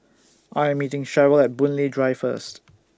I Am meeting Cheryl At Boon Lay Drive First